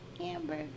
Hamburger